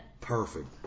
Perfect